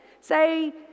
Say